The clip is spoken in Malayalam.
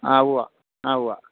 ആ ഉവ്വ ആ ഉവ്വ